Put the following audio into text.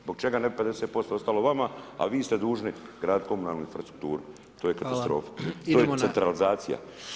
Zbog čega ne bi 50% ostalo vama a vi ste dužni graditi komunalnu infrastrukturu, to je katastrofa, to je centralizacija.